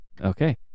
Okay